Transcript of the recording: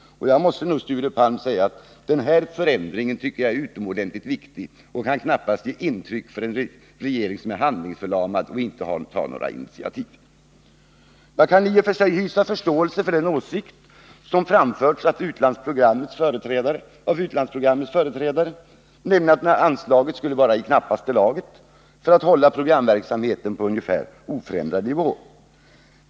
Jag tycker, Sture Palm, att denna förändring är utomordentligt viktig och att den knappast kan ge intryck av att regeringen är handlingsförlamad och saknar initiativ. Jag kan i och för sig hysa förståelse för den åsikt som framförts av utlandsprogrammets företrädare, att det anslagna beloppet skulle vara i knappaste laget för att kunna hålla programverksamheten på ungefär oförändrad nivå.